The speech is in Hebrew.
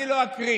אני לא אקריא